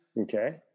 Okay